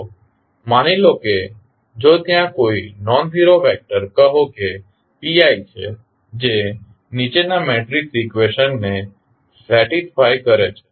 તો માની લો કે જો ત્યાં કોઈ નોનઝીરો વેક્ટર કહો કે pi છે જે નીચેના મેટ્રિક્સ ઇકવેશન ને સેટીસ્ફાય કરે છે